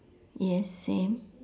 yes same